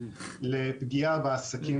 לפגיעה בעסקים